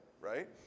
right